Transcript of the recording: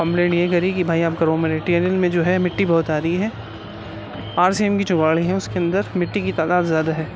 complaint یہ کری کہ بھائی آپ کا رو میٹیرنگ میں جو ہے مٹی بہت آ رہی ہے آر سی ایم کی جگاڑیں ہیں اس کے اندر مٹی کی تعداد زیادہ ہے